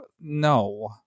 no